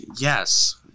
Yes